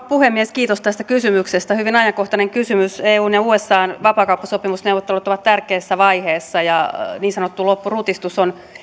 puhemies kiitos tästä kysymyksestä hyvin ajankohtainen kysymys eun ja usan vapaakauppasopimusneuvottelut ovat tärkeässä vaiheessa ja niin sanottu loppurutistus on